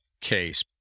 case